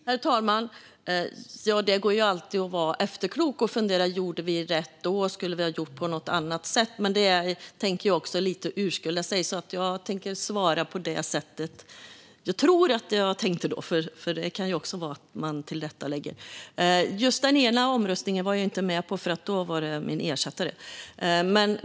Herr talman! Det går ju alltid att vara efterklok och fundera på om vi gjorde rätt då eller om vi skulle ha gjort på något annat sätt. Det är dock lite att urskulda sig, så jag tänker svara på hur jag tror att jag tänkte då - det kan ju vara så att man tillrättalägger det hela. Den ena omröstningen var jag inte med på, utan då var min ersättare där.